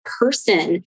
person